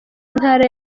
ntara